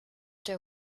der